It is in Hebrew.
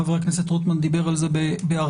חבר הכנסת רוטמן דיבר על זה בהרחבה,